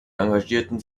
engagierte